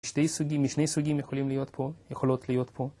משני סוגים יכולים להיות פה, יכולות להיות פה